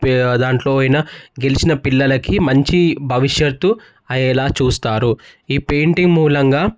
దాంట్లో పోయిన గెలిచిన పిల్లలకి మంచి భవిష్యత్తు అయ్యేలా చూస్తారు ఈ పెయింటింగ్ మూలంగా